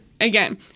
again